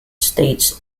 states